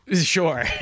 Sure